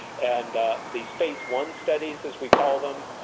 and these phase one studies, as we call them,